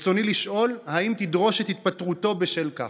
רצוני לשאול: האם תדרוש את התפטרותו בשל כך?